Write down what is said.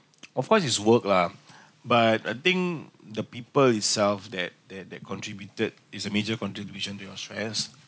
of course it's work lah but I think the people itself that that that contributed is a major contribution to your stress